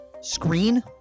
Screen